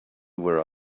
where